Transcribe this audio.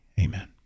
amen